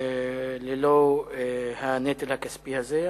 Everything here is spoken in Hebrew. ללא הנטל הכספי הזה.